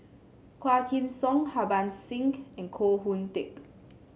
Quah Kim Song Harbans Singh and Koh Hoon Teck